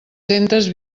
centes